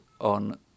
on